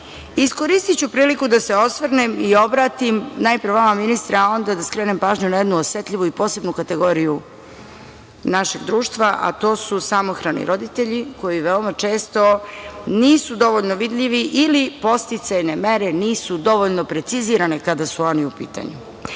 pitanja. Iskoristiću priliku da se osvrnem i obratim, najpre vama ministre, a onda da skrenem pažnju na jednu osetljivu i posebnu kategoriju našeg društva, a to su samohrani roditelji koji veoma često nisu dovoljno vidljivi ili podsticajne mere nisu dovoljno precizirane kada su oni u pitanju.U